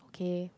okay